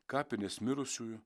kapinės mirusiųjų